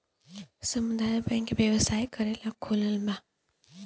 सामुदायक बैंक व्यवसाय करेला खोलाल बा